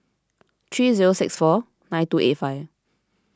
three zero six four nine two eight five